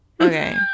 okay